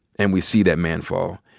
and we see that man fall.